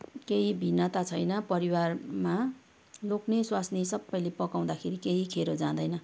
केही भिन्नता छैन परिवारमा लोग्ने स्वास्नी सबैले पकाउँदाखेरि केही खेरो जाँदैन